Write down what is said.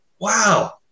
wow